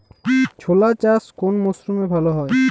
ছোলা চাষ কোন মরশুমে ভালো হয়?